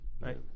Right